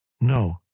No